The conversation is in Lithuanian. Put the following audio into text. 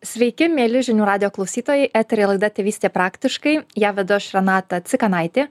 sveiki mieli žinių radijo klausytojai eteryje laida tėvystė praktiškai ją vedu aš renata cikanaitė